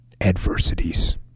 adversities